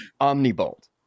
Omnibolt